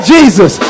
Jesus